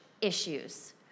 issues